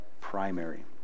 primary